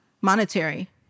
monetary